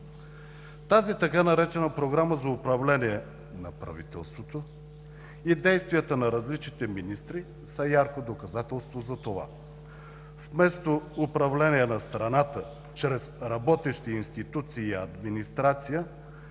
Тази така наречена „Програма за управление на правителството“ и действията на различните министри са ярко доказателство за това. Вместо управление на страната чрез работещи институции и администрация